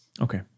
Okay